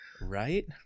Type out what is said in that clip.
Right